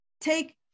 take